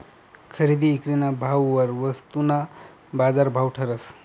खरेदी ईक्रीना भाववर वस्तूना बाजारभाव ठरस